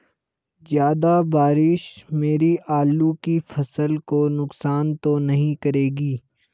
ज़्यादा बारिश मेरी आलू की फसल को नुकसान तो नहीं करेगी?